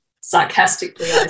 sarcastically